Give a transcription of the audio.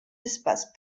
espaces